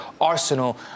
Arsenal